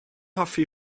hoffi